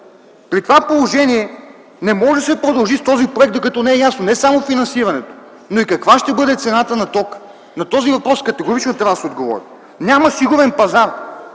При това положение не може да се продължи с този проект докато не е ясно не само финансирането, но и каква ще бъде цената на тока. На този въпрос категорично трябва да се отговори. Няма сигурен пазар.